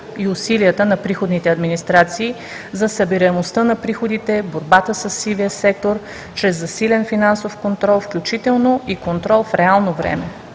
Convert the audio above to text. и усилията на приходните администрации за събираемостта на приходите, борбата със сивия сектор чрез засилен финансов контрол, включително и контрол в реално време